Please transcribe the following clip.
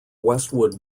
westwood